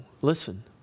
listen